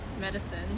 medicine